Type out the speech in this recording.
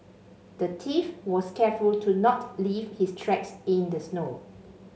the thief was careful to not leave his tracks in the snow